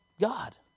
God